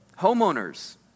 Homeowners